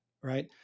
right